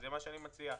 זה מה שאני מציע".